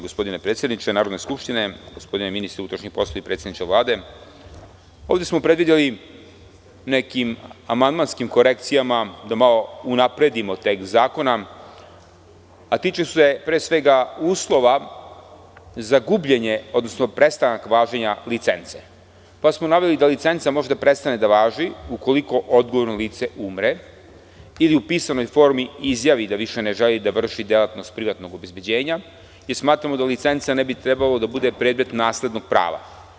Gospodine predsedniče Narodne skupštine, gospodine ministre unutrašnjih poslova i predsedniče Vlade, ovde smo predvideli nekim amandmanskim korekcijama da malo unapredimo tekst zakona, a tiče se, pre svega, uslova za gubljenje, odnosno prestanak važenja licence, pa smo naveli da licenca može da prestane da važi ukoliko odgovorno lice umre ili u pisanoj formi izjavi da više ne želi da vrši delatnost privatnog obezbeđenja i smatramo da licenca ne bi trebalo da bude predmet naslednog prava.